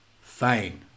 Fine